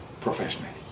professionally